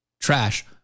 trash